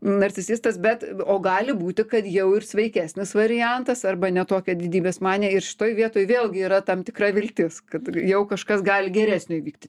narcisistas bet o gali būti kad jau ir sveikesnis variantas arba ne tokia didybės manija ir šitoj vietoj vėlgi yra tam tikra viltis kad jau kažkas gali geresnio įvykti